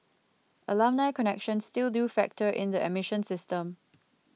alumni connections still do factor in the admission system